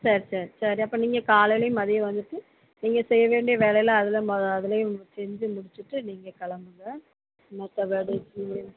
சரி சரி சரி அப்ப நீங்க காலைலயும் மதியம் வந்துட்டு நீங்கள் செய்ய வேண்டிய வேலையெலாம் அதில் ம அதிலே செஞ்சு முடிச்சிட்டு நீங்கள் கிளம்புங்க மற்ற படிக்கி